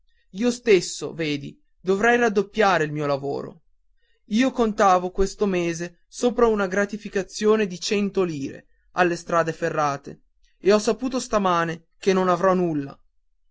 io stesso vedi dovrei raddoppiare il mio lavoro io contavo questo mese sopra una gratificazione di cento lire alle strade ferrate e ho saputo stamani che non avrò nulla